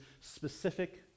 specific